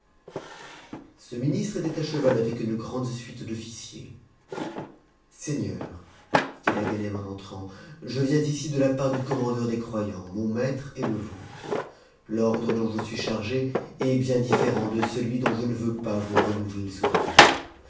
ce ministre était à cheval avec une grande suite d'officiers seigneur dit-il à ganem en entrant je viens ici de la part du commandent des croyants mon maître et le vôtre l'ordre dont je suis chargé est bien diuërent de celui dont je ne veux pas vous renouveler le souvenir